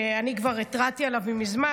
שאני כבר התרעתי עליו מזמן,